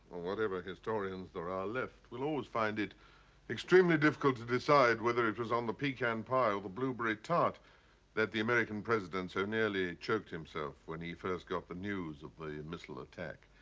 or whatever historians there are left, will always find it extremely difficult to decide whether it was on the pecan pie or the blueberry tart that the american president so nearly choked himself when he first got the news of the missile attack.